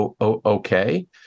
okay